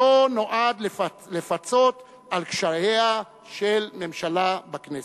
לא נועד לפצות על קשייה של ממשלה בכנסת.